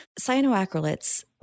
Cyanoacrylates